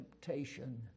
Temptation